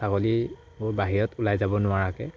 ছাগলী মোৰ বাহিৰত ওলাই যাব নোৱাৰাকে